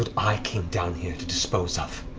but i came down here to dispose of,